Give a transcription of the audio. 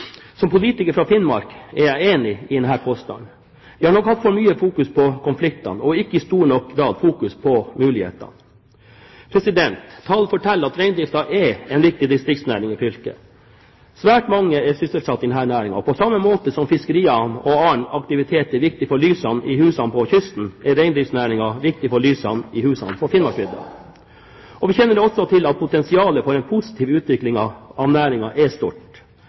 Som politiker fra Finnmark er jeg enig i denne påstanden. Vi har nok hatt for mye fokus på konfliktene og ikke i stor nok grad fokusert på mulighetene. Tall forteller at reindriften er en viktig distriktsnæring i fylket. Svært mange er sysselsatt i denne næringen. På samme måte som fiskeriene og annen aktivitet er viktig for å få lys i husene på kysten, er reindriftsnæringen viktig for å få lys i husene på Finnmarksvidda. Vi kjenner da også til at potensialet for en positiv utvikling av næringen er stort.